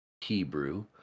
Hebrew